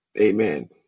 Amen